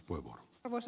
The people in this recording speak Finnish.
arvoisa puhemies